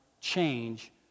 change